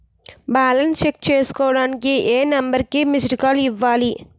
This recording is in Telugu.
బాలన్స్ చెక్ చేసుకోవటానికి ఏ నంబర్ కి మిస్డ్ కాల్ ఇవ్వాలి?